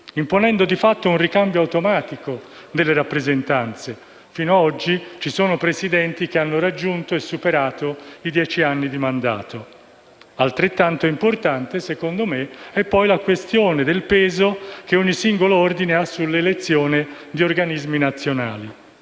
imponendo di fatto un ricambio automatico delle rappresentanze: fino ad oggi, infatti, ci sono stati Presidenti che hanno raggiunto e superato i dieci anni di mandato. Altrettanto importante, secondo me, è la questione del peso che ogni singolo ordine ha sull'elezione di organismi nazionali.